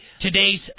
today's